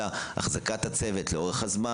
אלא אחזקת הצוות לאורך הזמן.